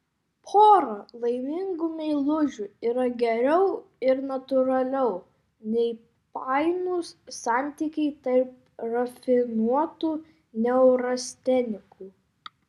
pora laimingų meilužių yra geriau ir natūraliau nei painūs santykiai tarp rafinuotų neurastenikų